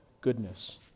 goodness